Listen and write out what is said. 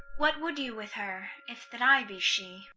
what would you with her, if that i be she?